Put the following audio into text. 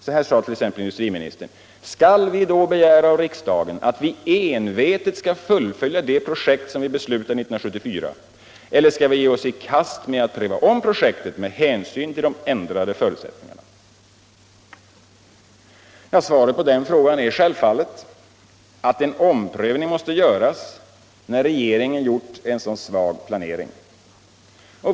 Så här sade t.ex. industriministern: ”Skall vi då begära av riksdagen att vi envetet skall fullfölja det projekt som vi beslutade 1974, eller skall vi ge oss i kast med att pröva om projektet med hänsyn till de ändrade förutsättningarna?” Svaret på den frågan är självfallet att en omprövning måste ske när regeringen nu gjort en så svag planering.